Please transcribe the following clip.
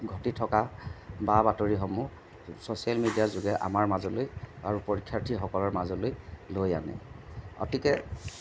ঘটি থকা বা বাতৰিসমূহ ছ'চিয়েল মিডিয়া যোগে আমাৰ মাজলৈ আৰু পৰীক্ষাৰ্থীসকলৰ মাজলৈ লৈ আনে অতিকে